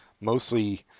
Mostly